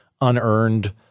unearned